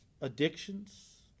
addictions